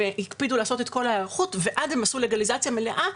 הם הקפידו לעשות את כל ההיערכות ואז הם עשו לגליזציה מלאה.